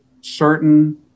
certain